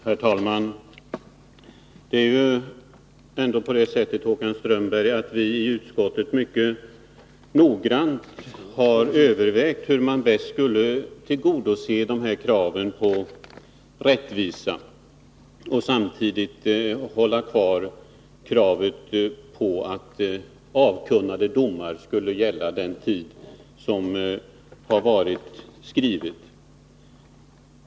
Herr talman! Det är ju ändå på det sättet, Håkan Strömberg, att vi i utskottet mycket noggrant har övervägt hur man bäst skall tillgodose kraven på rättvisa samtidigt som man bibehåller kravet att avkunnade domar skall gälla den tid som angivits.